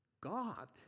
God